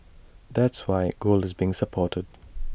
that's why gold is being supported